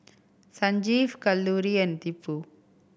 Sanjeev Kalluri and Tipu